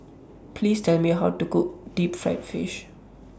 Please Tell Me How to Cook Deep Fried Fish